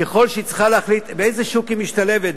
ככל שהיא צריכה להחליט באיזה שוק היא משתלבת,